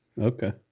Okay